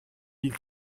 mille